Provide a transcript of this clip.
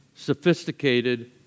sophisticated